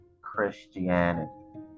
christianity